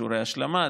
שיעורי השלמה,